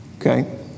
Okay